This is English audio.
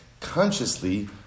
consciously